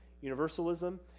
Universalism